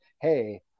hey